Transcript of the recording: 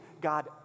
God